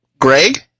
Greg